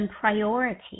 priority